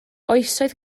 oesoedd